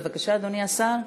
בבקשה, אדוני השר.